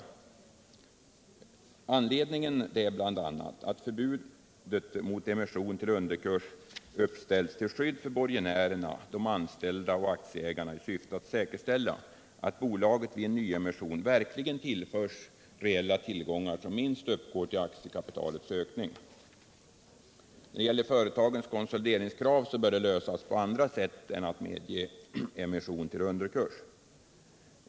Anledningen var och är bl.a. att förbudet mot emission till underkurs har uppställts till skydd för borgenärerna, de anställda och aktieägarna i syfte att säkerställa att bolaget vid en emission verkligen tillförs reella tillgångar som minst uppgår till aktiekapitalets ökning. Företagskonsolideringskraven bör lösas på andra sätt än genom att man medger emission till underkurs.